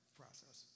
process